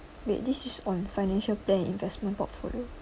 wait this is on financial plan investment portfolio